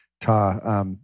Ta